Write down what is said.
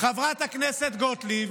חברת הכנסת גוטליב,